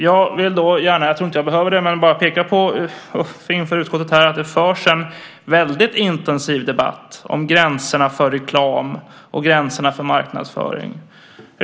Jag tror inte att jag behöver det, men jag vill gärna peka på inför utskottet att det förs en väldigt intensiv debatt om gränserna för reklam och gränserna för marknadsföring.